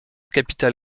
capital